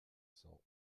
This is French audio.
cents